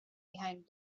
behind